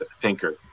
thinker